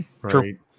True